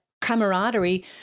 camaraderie